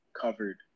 covered